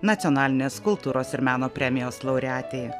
nacionalinės kultūros ir meno premijos laureatė